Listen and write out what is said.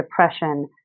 depression